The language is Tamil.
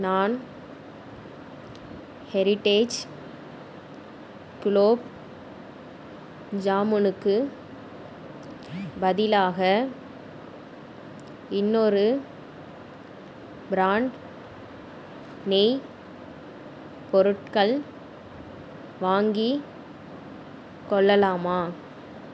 நான் ஹெரிட்டேஜ் குலோப்ஜாமுனுக்கு பதிலாக இன்னொரு ப்ராண்ட் நெய் பொருட்கள் வாங்கிக் கொள்ளலாமா